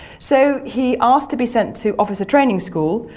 so he asked to be sent to officer training school,